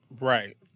right